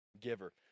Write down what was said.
giver